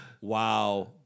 Wow